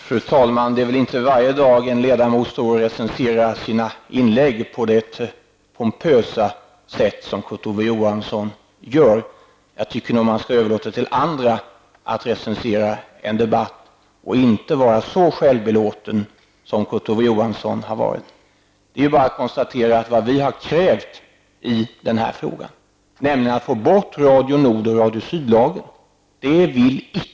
Fru talman! Det är inte varje dag en ledamot står och recenserar sina inlägg på det pompösa sätt som Kurt Ove Johansson gör. Jag tycker att man skall överlåta till andra att recensera en debatt och inte vara så självbelåten som Kurt Ove Johansson har varit. I denna fråga har vi krävt att få bort lagen mot Radio Nord och Radio Syd.